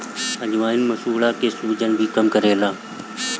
अजवाईन मसूड़ा के सुजन भी कम करेला